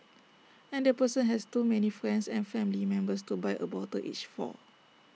and the person has too many friends and family members to buy A bottle each for